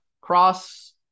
cross